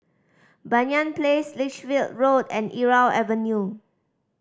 Banyan Place Lichfield Road and Irau Avenue